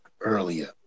earlier